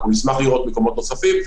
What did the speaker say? אנחנו נשמח למקומות נוספים.